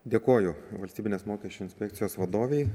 dėkoju valstybinės mokesčių inspekcijos vadovei